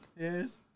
yes